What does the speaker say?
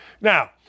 Now